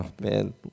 Man